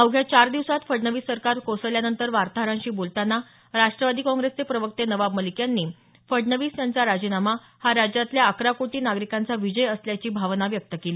अवघ्या चार दिवसात फडणवीस सरकार कोसळल्यानंतर वार्ताहरांशी बोलतांना राष्टवादी काँग्रेसचे प्रवक्ते नबाब मलिक यांनी फडणवीस यांचा राजीनामा हा राज्यातल्या अकरा कोटी नागरिकांचा विजय असल्याची भावना व्यक्त केली